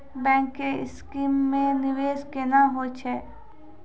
Bank के scheme मे निवेश केना होय छै?